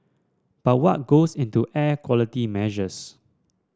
but what goes into air quality measures